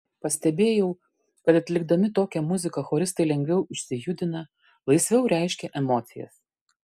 pastebėjau kad atlikdami tokią muziką choristai lengviau išsijudina laisviau reiškia emocijas